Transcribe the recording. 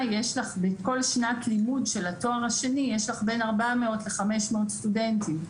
בכל שנת לימוד של התואר השני יש לך בין 400 ל-500 סטודנטים.